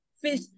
fish